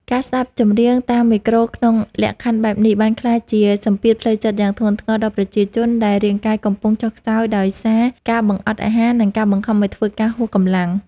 ការស្ដាប់ចម្រៀងតាមមេក្រូក្នុងលក្ខខណ្ឌបែបនេះ បានក្លាយជាសម្ពាធផ្លូវចិត្តយ៉ាងធ្ងន់ធ្ងរដល់ប្រជាជន ដែលរាងកាយកំពុងចុះខ្សោយដោយសារការបង្អត់អាហារ និងការបង្ខំឱ្យធ្វើការហួសកម្លាំង។